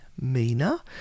Mina